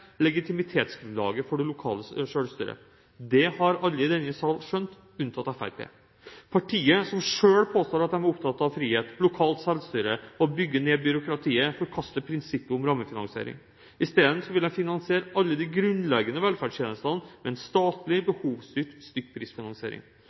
legitimitetsgrunnlaget for det lokale selvstyret. Det har alle i denne sal skjønt, unntatt Fremskrittspartiet. Partiet – som selv påstår at de er opptatt av frihet, lokalt selvstyre og å bygge ned byråkratiet – forkaster prinsippet om rammefinansiering. I stedet vil de finansiere alle de grunnleggende velferdstjenester med en statlig